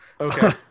Okay